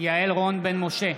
יעל רון בן משה,